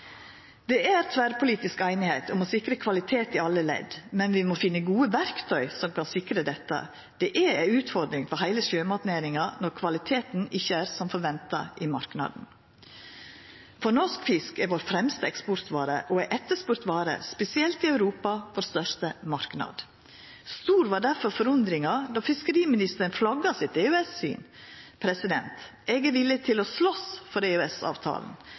Det er tverrpolitisk einigheit om å sikra kvalitet i alle ledd, men vi må finna gode verktøy som kan sikra dette. Det er ei utfordring for heile sjømatnæringa når kvaliteten ikkje er som forventa i marknaden. Norsk fisk er vår fremste eksportvare, og det er ei etterspurd vare, spesielt i Europa, vår største marknad. Stor var difor forundringa då fiskeriministeren flagga sitt EØS-syn. Eg er villig til å slåst for